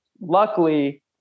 luckily